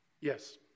Yes